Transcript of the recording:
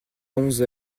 onze